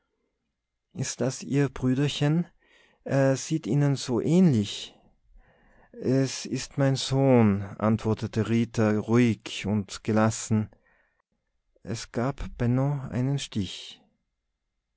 ist das ihr brüderchen er sieht ihnen so ähnlich es ist mein sohn antwortete rita ruhig und gelassen es gab benno einen stich